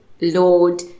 Lord